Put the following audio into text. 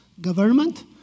government